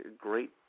great